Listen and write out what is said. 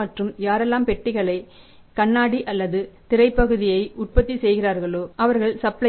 மற்றும் யாரெல்லாம் பெட்டிகளை கண்ணாடி அல்லது திரை பகுதி உற்பத்தி செய்கிறார்களோ அவர்கள் சப்ளையர்கள்